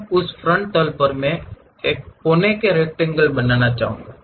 अब उस फ्रंट तल पर मैं एक कोने की रक्टैंगल बनाना चाहूंगा